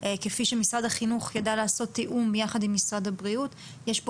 משרד החינוך ידע לעשות תיאום יחד עם משרד הבריאות יש פה